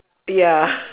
ya